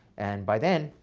and by then,